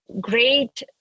great